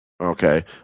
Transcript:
Okay